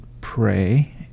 pray